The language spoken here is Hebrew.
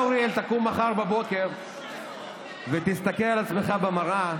אוריאל, תקום מחר בבוקר ותסתכל על עצמך במראה,